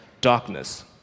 darkness